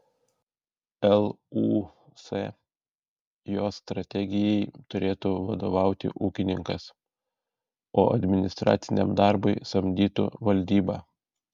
lūs jos strategijai turėtų vadovauti ūkininkas o administraciniam darbui samdytų valdybą